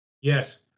Yes